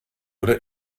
oder